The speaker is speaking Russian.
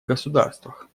государствах